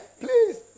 Please